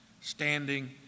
standing